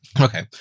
Okay